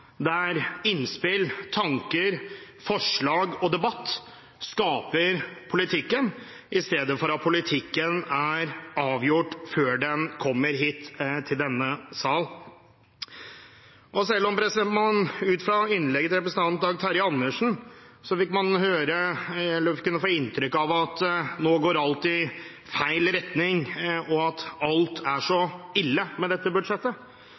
der innspill, tanker, forslag og debatt skaper politikken i stedet for at politikken er avgjort før den kommer hit til denne sal. Selv om man ut fra innlegget til representanten Dag Terje Andersen kunne få inntrykk av at nå går alt i feil retning, og at alt er så ille med dette budsjettet,